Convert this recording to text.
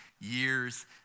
years